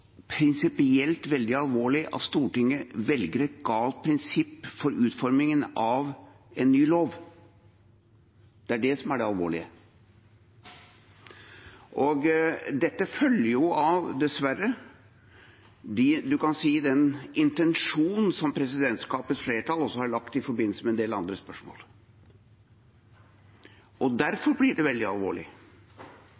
prinsipielt veldig alvorlig at Stortinget velger et galt prinsipp for utformingen av en ny lov. Det er det som er det alvorlige. Dette følger jo dessverre av – man kan si – den intensjonen som presidentskapets flertall også har lagt til grunn i forbindelse med en del andre spørsmål.